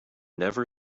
never